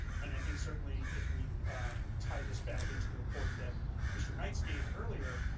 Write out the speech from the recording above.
and i think certainly if we tie this back into the report that mr. nights gave earlier,